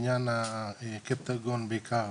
בעניין הקפטגון בעיקר.